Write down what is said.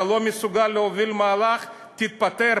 אתה לא מסוגל להוביל מהלך, תתפטר.